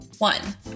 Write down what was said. One